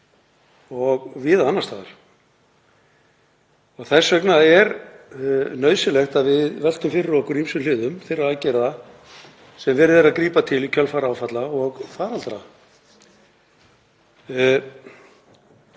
og víða annars staðar. Þess vegna er nauðsynlegt að við veltum fyrir okkur ýmsum hliðum þeirra aðgerða sem verið er að grípa til í kjölfar áfalla og faraldra.